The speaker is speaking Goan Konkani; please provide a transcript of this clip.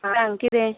आं कितें